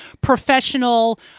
professional